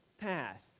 path